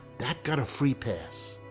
that got a free pass.